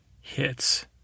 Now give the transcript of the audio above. hits